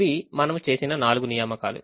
ఇవి మనము చేసిన నాలుగు నియామకాలు